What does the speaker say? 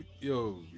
Yo